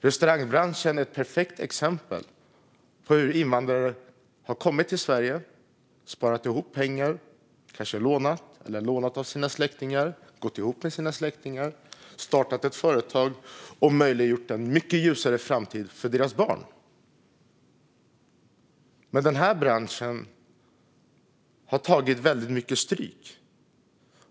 Branschen är ett perfekt exempel på hur invandrare som har kommit till Sverige har sparat ihop pengar, kanske tagit lån, lånat av sina släktingar eller gått ihop med släktingar för att starta ett företag och därigenom möjliggjort en mycket ljusare framtid för sina barn. Den här branschen har dock tagit väldigt mycket stryk.